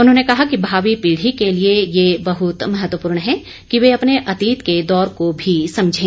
उन्होंने कहा कि भावी पीढ़ी के लिए ये बहुत महत्वपूर्ण है कि वे अपने अतीत के दौर को भी समझें